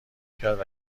کرد